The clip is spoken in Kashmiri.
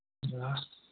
آ